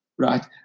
right